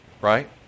Right